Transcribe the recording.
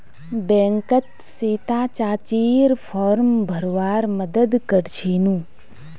बैंकत सीता चाचीर फॉर्म भरवार मदद कर छिनु